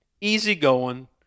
easygoing